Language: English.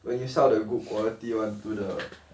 when you sell the good quality [one] to the